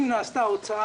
אם נעשתה הוצאה